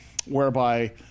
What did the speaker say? whereby